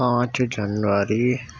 پانچ جنوری